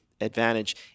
advantage